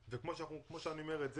כמו שאני אומר את זה,